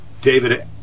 David